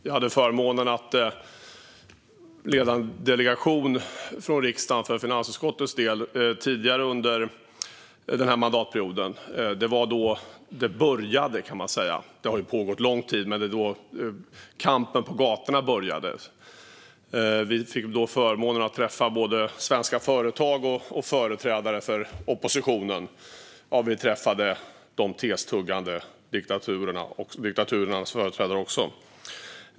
Jag hade förmånen att leda en delegation från riksdagen för finansutskottets del tidigare under denna mandatperiod. Det var då det började, kan man säga. Detta har pågått under lång tid, men det var då kampen på gatorna började. Vi fick då förmånen att träffa både svenska företag och företrädare för oppositionen. Vi träffade testuggande företrädare för diktaturen också.